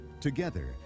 Together